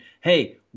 hey—